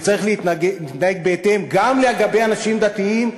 וצריך להתנהג בהתאם גם לגבי אנשים דתיים.